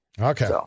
Okay